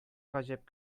гаҗәп